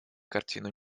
картину